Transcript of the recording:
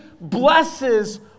blesses